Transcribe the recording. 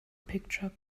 picture